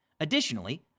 Additionally